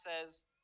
says